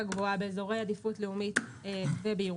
גבוהה באזורי עדיפות לאומית ובירושלים.